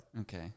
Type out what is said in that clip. Okay